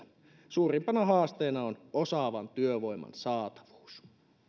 suurimpana haasteena on osaavan työvoiman saatavuus